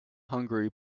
hungary